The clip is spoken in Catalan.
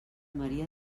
maria